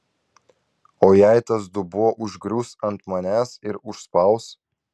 o jei tas dubuo užgrius ant manęs ir užspaus